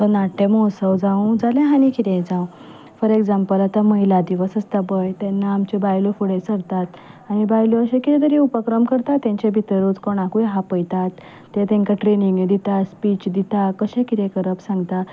तो नाट्य म्होत्सव जावं जाल्यार आनी कितें जावं फोर एक्झाम्पल आतां महिला दिवस आसता पळय तेन्ना आमच्यो बायलो फुडें सरतात आनी बायलो अशें कितें तरी उपक्रम करता तांचे भितरूच कोणाकूय आपयतात ते तांकां ट्रॅनिंग्यो दितात स्पीच दितात कशें कितें करप सांगता